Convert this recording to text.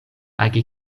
agi